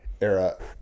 era